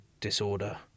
disorder